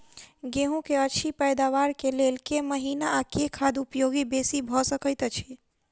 गेंहूँ की अछि पैदावार केँ लेल केँ महीना आ केँ खाद उपयोगी बेसी भऽ सकैत अछि?